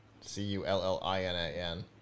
C-U-L-L-I-N-A-N